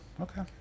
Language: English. okay